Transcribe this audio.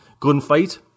Gunfight